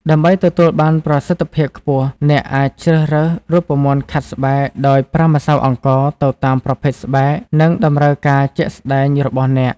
ដើម្បីទទួលបានប្រសិទ្ធភាពខ្ពស់ អ្នកអាចជ្រើសរើសរូបមន្តខាត់ស្បែកដោយប្រើម្សៅអង្ករទៅតាមប្រភេទស្បែក និងតម្រូវការជាក់ស្តែងរបស់អ្នក។